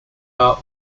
are